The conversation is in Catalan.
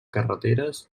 carreteres